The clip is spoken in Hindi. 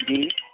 जी